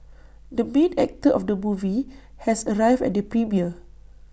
the main actor of the movie has arrived at the premiere